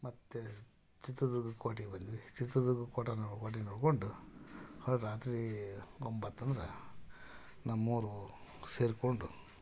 ಮತ್ತು ಚಿತ್ರದುರ್ಗ ಕೋಟೆಗೆ ಬಂದ್ವಿ ಚಿತ್ರದುರ್ಗ ಕೋಟೆನ ಕೋಟೆ ನೋಡಿಕೊಂಡು ರಾತ್ರಿ ಒಂಬತ್ರಿಂದ್ರ ನಮ್ಮೂರು ಸೇರಿಕೊಂಡು